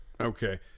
Okay